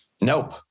Nope